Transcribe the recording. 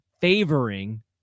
favoring